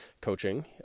coaching